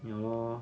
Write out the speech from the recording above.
ya lor